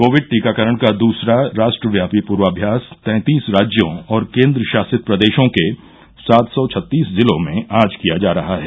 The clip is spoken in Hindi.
कोविड टीकाकरण का दूसरा राष्ट्रव्यापी पूर्वाभ्यास तैंतीस राज्यों और केंद्र शासित प्रदेशों के सात सौ छत्तीस जिलों में आज किया जा रहा है